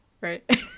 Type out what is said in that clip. Right